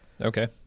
Okay